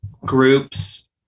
groups